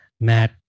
Matt